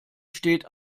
steht